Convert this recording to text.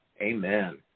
Amen